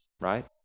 right